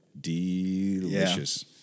Delicious